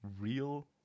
real